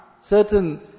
Certain